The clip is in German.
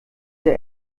der